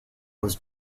was